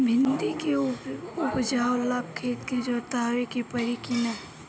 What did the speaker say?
भिंदी के उपजाव ला खेत के जोतावे के परी कि ना?